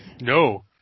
No